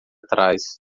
trás